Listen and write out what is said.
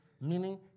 Meaning